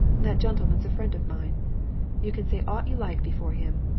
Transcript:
that gentleman's a friend of mine you can say aught you like before him.